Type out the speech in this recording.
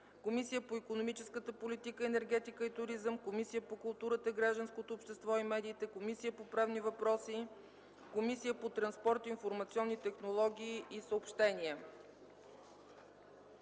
Комисията по икономическата политика, енергетика и туризъм, Комисията по културата, гражданското общество и медиите, Комисията по правни въпроси, Комисията по транспорт, информационни технологии и съобщения.